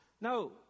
No